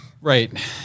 right